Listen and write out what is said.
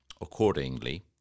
accordingly